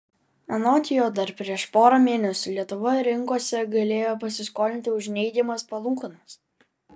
anot jo dar prieš porą mėnesių lietuva rinkose galėjo pasiskolinti už neigiamas palūkanas